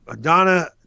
Donna